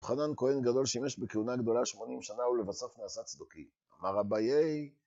חנן כהן גדול שימש בכהונה גדולה 80 שנה הוא לבסוף נעשה צדוקי. מה רביי?